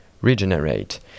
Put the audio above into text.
regenerate